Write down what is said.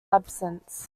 absence